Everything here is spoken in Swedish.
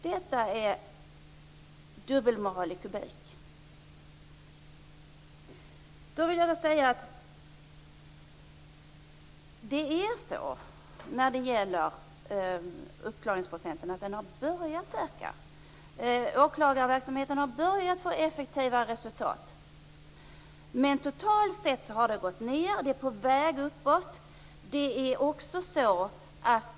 Detta är dubbelmoral i kubik! Uppklarningsprocenten har börjat öka. Åklagarverksamhetens resultat visar att man har börjat bli effektiv, men totalt sett har det gått ned. Det är på väg uppåt.